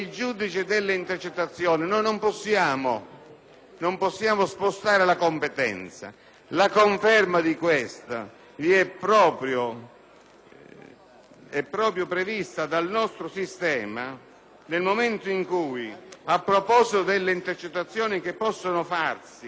non possiamo spostare la competenza. La conferma di questo è proprio prevista dal nostro sistema nel momento in cui, a proposito delle intercettazioni che possono farsi per la ricerca dei latitanti,